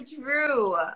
true